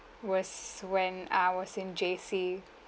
was when uh I was in J_C